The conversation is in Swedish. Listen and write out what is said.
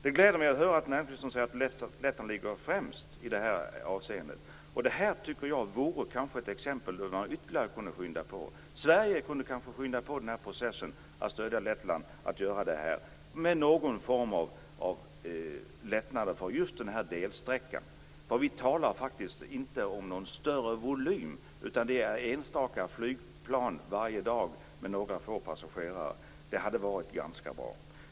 Det gläder mig att höra näringsministern säga att Lettland ligger främst i detta avseende. Det här tycker jag vore kanske ett exempel där man ytterligare kunde skynda på. Sverige kunde kanske skynda på processen och stödja Lettland men någon form av lättnader för just denna delsträcka. Vi talar faktiskt inte om någon större volym, utan det är enstaka flygplan varje dag med några få passagerare. Det hade varit ganska bra.